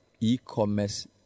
e-commerce